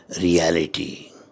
reality